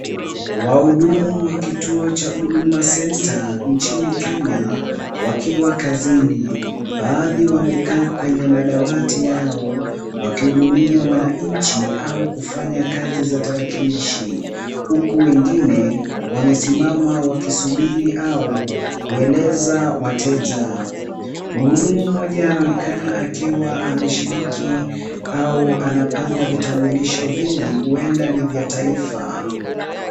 Wahudumu wa kituo cha Huduma Centre nchini Kenya wakiwa kazini ,baadhi wamekaa kwenye madawati yao wakihudumia wananchi au kufanya kazi za tarakilishi ,huku wengine wamesimama wakisubiri au kueleza wateja, mhudumu mmoja anaonekana akiwa ameshiriki au anapanga vitambulisho vingi huenda ni vya taifa .